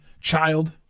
child